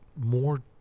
more